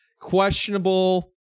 questionable